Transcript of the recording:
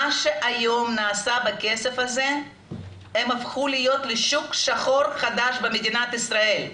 מה שהיום נעשה בכסף הזה הם הפכו להיות לשוק שחור חדש במדינת ישראל.